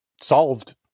solved